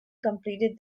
completed